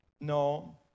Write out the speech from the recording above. No